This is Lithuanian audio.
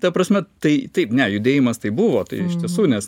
ta prasme tai taip ne judėjimas tai buvo tai iš tiesų nes